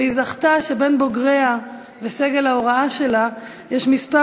והיא זכתה שבין בוגריה וסגל ההוראה שלה יש מספר